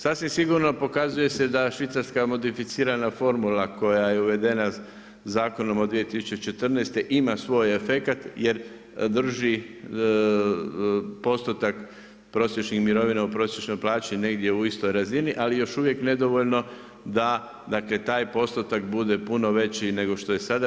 Sasvim sigurno pokazuje se da Švicarska modificirana formula koja je uvedena zakonom od 2014. ima svoj efekat jer drži postotak prosječnih mirovina u prosječnoj plaći negdje u istoj razini, ali još uvijek nedovoljno da, dakle taj postotak bude puno veći nego što je sada.